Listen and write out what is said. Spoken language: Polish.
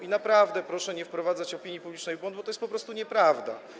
I naprawdę proszę nie wprowadzać opinii publicznej w błąd, bo to jest po prostu nieprawda.